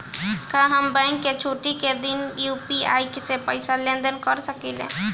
का हम बैंक के छुट्टी का दिन भी यू.पी.आई से पैसे का लेनदेन कर सकीले?